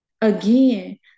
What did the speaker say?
Again